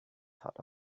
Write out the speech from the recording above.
thought